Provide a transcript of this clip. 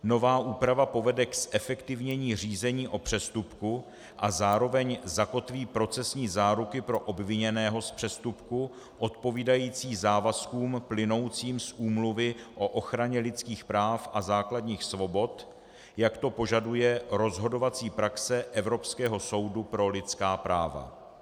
Nová úprava povede k zefektivnění řízení o přestupku a zároveň zakotví procesní záruky pro obviněného z přestupku odpovídající závazkům plynoucím z Úmluvy o ochraně dětských práv a základních svobod, jak to požaduje rozhodovací praxe Evropského soudu pro lidská práva.